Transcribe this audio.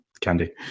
candy